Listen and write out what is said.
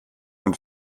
nun